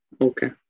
Okay